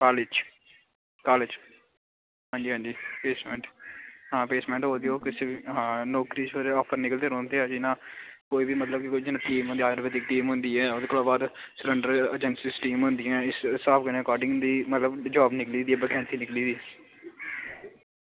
college college आं जी replacement आं प्लेसमेंट होआ दी ओह् नौकरी दे निकलदे रौहंदे जियां कोई बी जियां आयूर्वेदिक टीम होंदी ऐ ओह्दे कोला बद्ध सिलेंडर एजेंसी टीम होंदियां इस स्हाब दे अकार्डिगली मतलब जॉब निकली दी वेकेंसी निकली दी